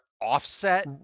offset